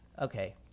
Okay